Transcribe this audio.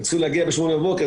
הם צריכים להגיע ב-08:00 בבוקר,